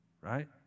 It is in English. right